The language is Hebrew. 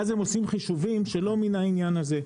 ואז הם עושים חישובים שלא מן העניין הזה.